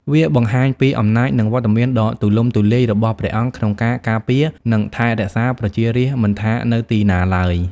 វាបង្ហាញពីអំណាច និងវត្តមានដ៏ទូលំទូលាយរបស់ព្រះអង្គក្នុងការការពារ និងថែរក្សាប្រជារាស្ត្រមិនថានៅទីណាឡើយ។